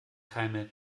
keime